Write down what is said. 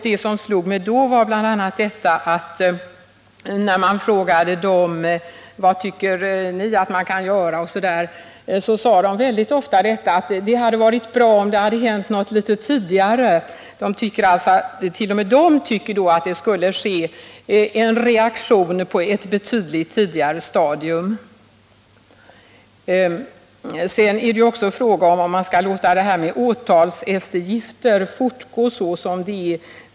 Det som slog mig då var bl.a. det svar jag fick när jag frågade dem vad de tyckte att man skulle vidta för åtgärder. Svaret var väldigt ofta att det hade varit bra om det hade hänt någonting på ett tidigare stadium. T. o. m. de tycker att det skall komma en reaktion på ett betydligt tidigare stadium. Man kan också fråga sig om man skall låta systemet med åtalseftergift fortgå som det nu är.